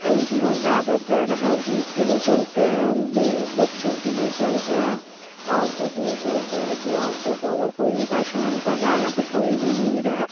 N G O زیادہ تر ہر چیز کے لیے چلتے ہیں بیوی بچّوں کے لیے چلتے ہیں عورتوں کے لیے چلتے ہیں کہ عورتوں کو اگر کوئی بھی پریشان کر رہا ہے یا پھر کوئی بھی نیڈ ہے